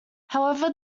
however